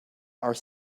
are